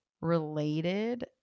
related